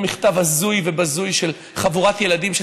ואותו מכתב הזוי ובזוי של חבורת ילדים,